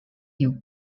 you